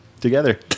together